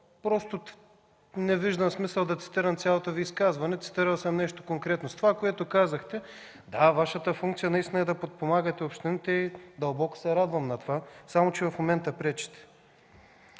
Просто не виждам смисъл да цитирам цялото Ви изказване – цитирал съм нещо конкретно. Относно това, което казахте. Да, Вашата функция е да подпомагате общините – дълбоко се радвам на това, само че в момента пречите.